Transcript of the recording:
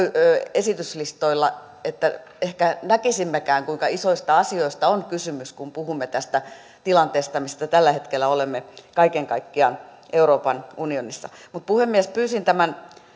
esityslistoilla että näkisimmekään kuinka isoista asioista on kysymys kun puhumme tästä tilanteesta missä tällä hetkellä olemme kaiken kaikkiaan euroopan unionissa puhemies pyysin tämän